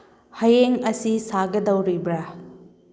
ꯍꯌꯦꯡ ꯑꯁꯤ ꯁꯥꯒꯗꯧꯔꯤꯕ꯭ꯔꯥ